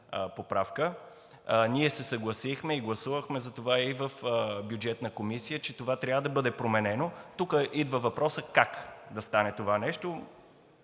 Ние се съгласихме и гласувахме в Бюджетната комисия, че това трябва да бъде променено. Тук идва въпросът как да стане това нещо?